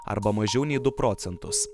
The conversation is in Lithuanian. arba mažiau nei du procentus